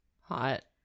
Hot